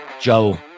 Joe